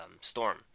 Storm